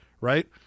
right